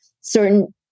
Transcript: certain